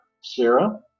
Sarah